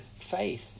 faith